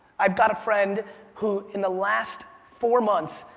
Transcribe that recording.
i've got a friend who, in the last four months,